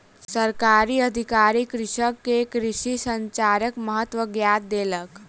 सरकारी अधिकारी कृषक के कृषि संचारक महत्वक ज्ञान देलक